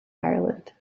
ireland